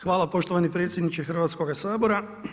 Hvala poštovani predsjedniče Hrvatskoga sabora.